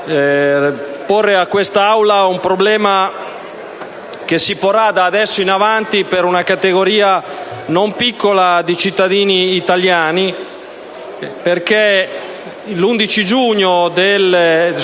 porre a quest'Aula un problema che si porrà, da adesso in avanti, per una categoria non piccola di cittadini italiani. L'11 giugno